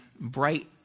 bright